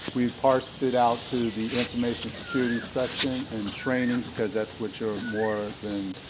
we parsed it out to the information security section and training cause that's what you're more